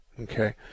Okay